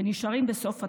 ונשארים בסוף התור,